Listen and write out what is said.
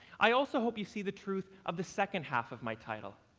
i also hope you see the truth of the second half of my title.